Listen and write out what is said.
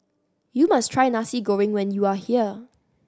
you must try Nasi Goreng when you are here